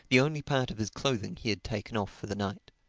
the only part of his clothing he had taken off for the night.